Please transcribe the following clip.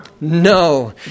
No